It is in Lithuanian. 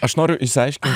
aš noriu išsiaiškin